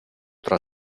tra